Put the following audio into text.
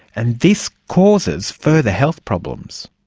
and this causes further health problems.